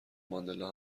ماندلا